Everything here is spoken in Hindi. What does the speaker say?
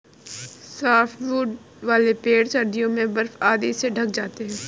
सॉफ्टवुड वाले पेड़ सर्दियों में बर्फ आदि से ढँक जाते हैं